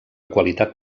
qualitat